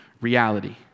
reality